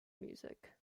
music